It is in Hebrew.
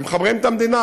ומחברים את המדינה.